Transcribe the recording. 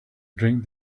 drink